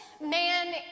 man